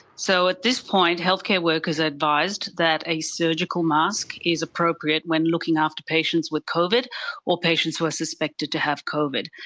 so at this point healthcare workers are advised that a surgical mask is appropriate when looking after patients with covid or patients who are suspected to have covid.